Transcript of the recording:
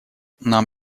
нам